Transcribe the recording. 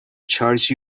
charge